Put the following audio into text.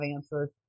answers